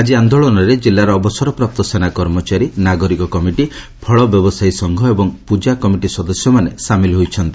ଆଜି ଆନ୍ଦୋଳନରେ ଜିଲ୍ଲାର ଅବସରପ୍ରାପ୍ତ ସେନା କର୍ମଚାରୀ ନାଗରିକ କମିଟି ଫଳ ବ୍ୟବସାୟୀ ସଂଘ ଏବଂ ପୂଜା କମିଟି ସଦସ୍ୟମାନେ ସାମିଲ୍ ହୋଇଛନ୍ତି